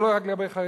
זה לא רק לגבי חרדים,